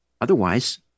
otherwise